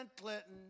Clinton